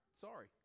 Sorry